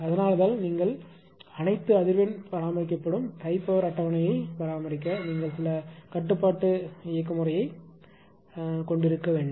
அதனால்தான் நீங்கள் அனைத்து அதிர்வெண் பராமரிக்கப்படும் டை பவர் அட்டவணையை பராமரிக்க நீங்கள் சில கட்டுப்பாட்டு பொறிமுறையைக் கொண்டிருக்க வேண்டும்